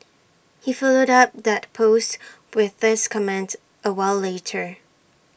he followed up that post with this comment A while later